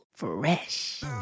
Fresh